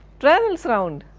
travels around,